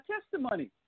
testimony